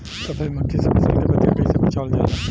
सफेद मक्खी से फसल के पतिया के कइसे बचावल जाला?